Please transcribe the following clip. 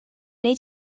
wnei